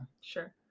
sure